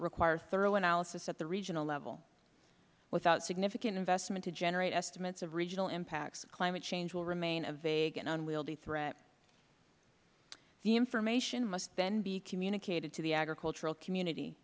require thorough analysis at the regional level without significant investment to generate estimates of regional impacts climate change will remain a vague and unwieldy threat the information must then be communicated to the agricultural community